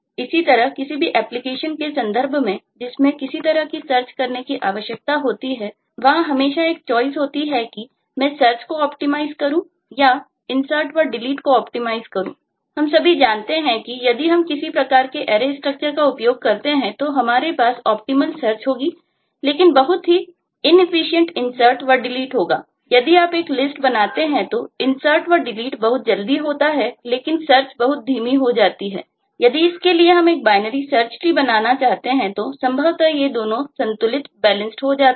इसी तरह किसी भी एप्लीकेशन हो जाते हैं